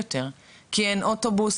כי אין אוטובוס,